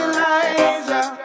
Elijah